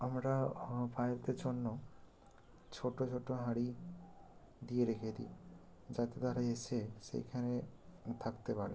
আমরা পায়রাদের জন্য ছোটো ছোটো হাঁড়ি দিয়ে রেখে দিই যাতে তারা এসে সেইখানে থাকতে পারে